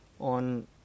on